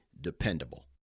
dependable